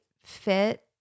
fit